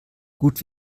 gut